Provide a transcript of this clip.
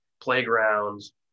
playgrounds